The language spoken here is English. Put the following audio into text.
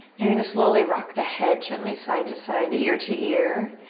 you're gonna slowly rock the head gently side to side, ear to ear.